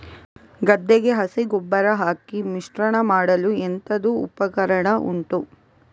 ಗದ್ದೆಗೆ ಹಸಿ ಗೊಬ್ಬರ ಹಾಕಿ ಮಿಶ್ರಣ ಮಾಡಲು ಎಂತದು ಉಪಕರಣ ಉಂಟು?